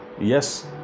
yes